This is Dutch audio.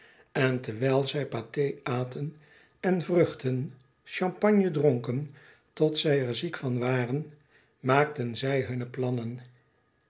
en terwijl zij pâté aten en vruchten champagne dronken tot zij er ziek van waren maakten zij hunne plannen